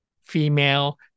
female